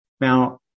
Now